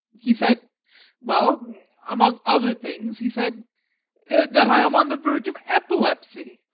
he said well among other things he said that i am on the verge of epilepsy